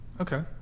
Okay